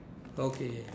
okay